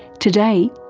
today,